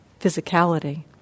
physicality